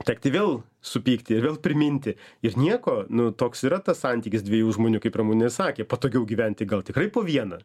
tekti vėl supykti ir vėl priminti ir nieko nu toks yra tas santykis dviejų žmonių kaip ir ramune sakė patogiau gyventi gal tikrai po vieną